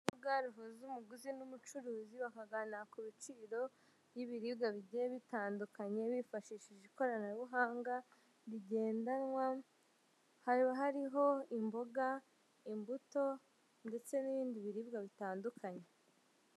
Urubuga ruhuza umuguzi n'umucuruzi bakagana ku biciro by'ibiribwa bigiye bitandukanye, bifashishije ikoranabuhanga rigendanwa, haba hariho imboga imbuto ndetse n'ibindi biribwa bitandukanye.